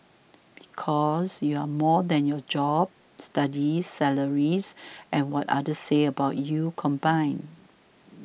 because you're more than your job studies salary and what others say about you combined